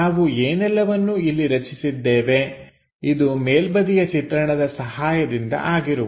ನಾವು ಏನೆಲ್ಲವನ್ನು ಇಲ್ಲಿ ರಚಿಸಿದ್ದೇವೆ ಇದು ಮೇಲ್ಬದಿಯ ಚಿತ್ರಣದ ಸಹಾಯದಿಂದ ಆಗಿರುವುದು